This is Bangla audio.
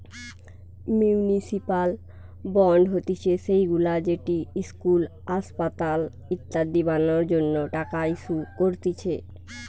মিউনিসিপাল বন্ড হতিছে সেইগুলা যেটি ইস্কুল, আসপাতাল ইত্যাদি বানানোর জন্য টাকা ইস্যু করতিছে